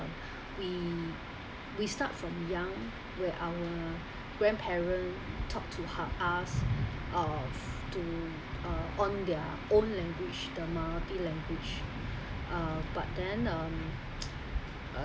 we we start from young where out grandparents talk to us uh to uh on their own language the minority language uh but then um uh